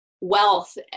wealth